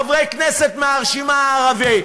חברי הכנסת מהרשימה הערבית,